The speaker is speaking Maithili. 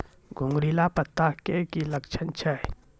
घुंगरीला पत्ता के की लक्छण छै?